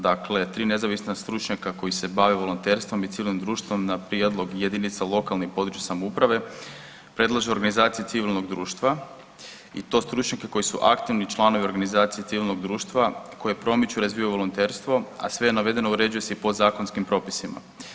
Dakle, 3 nezavisna stručnjaka koji se bave volonterstvom i civilnim društvom na prijedlog jedinica lokalne i područne samouprave predlaže Organizaciji civilnog društva i to stručnjake koji su aktivni članovi Organizacije civilnog društva koje promiču i razvijaju volonterstvo, a sve navedeno uređuje se i podzakonskim propisima.